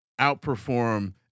outperform